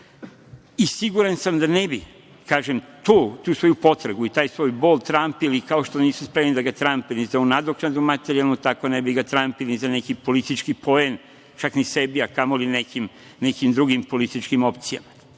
Siguran sam da ne bi, kažem, to, tu svoju potragu i taj svoj bol trampili, kao što nisu spremni ni da ga trampe ni za ovu materijalnu nadoknadu, tako ne bi ga trampili ni za neki politički poen, čak ni sebi, a kamoli nekim drugim političkim opcijama,